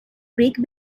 break